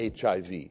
HIV